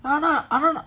I no